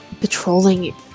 patrolling